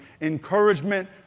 encouragement